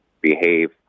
behave